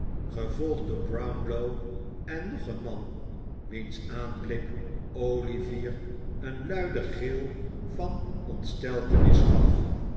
gevolgd door brownlow en nog een man bij wiens aanblik olivier een luiden gil van ontsteltenis gaf